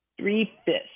three-fifths